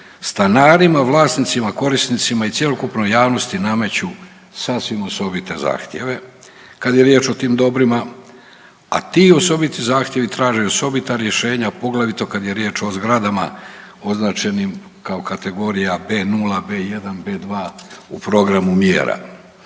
stanarima, vlasnicima, korisnicima i cjelokupnoj javnosti nameću sasvim osobite zahtjeve kad je riječ o tim dobrima, a ti osobiti zahtjevi traže osobita rješenja poglavito kad je riječ o zgradama označenim kao kategorija B-0, B-1, B-2 u programu mjera.